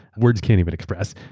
words can't even express.